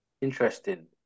Interesting